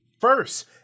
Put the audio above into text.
first